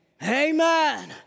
Amen